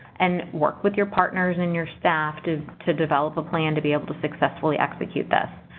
and work with your partners and your staff to to develop a plan to be able to successfully execute this.